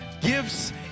gifts